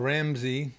Ramsey